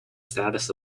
status